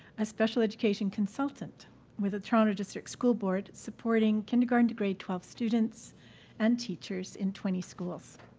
a special education consultant with the toronto district school board, supporting kindergarten to grade twelve students and teachers in twenty schools.